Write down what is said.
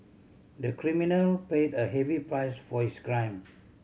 the criminal paid a heavy price for his crime